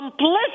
complicit